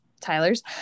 Tyler's